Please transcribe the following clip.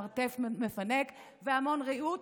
מרתף מפנק והמון ריהוט,